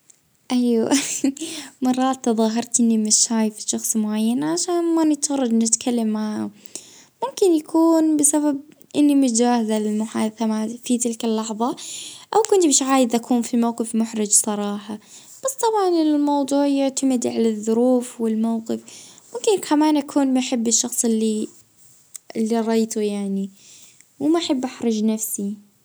اه ايه صارلى هالبا مرات اه خاصة اه إذا كنت مش في مود إني نتكلم.